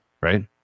right